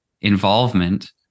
involvement